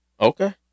Okay